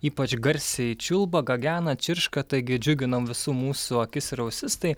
ypač garsiai čiulba gagena čirška taigi džiugina visų mūsų akis ir ausis tai